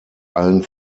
allen